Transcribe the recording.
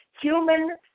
human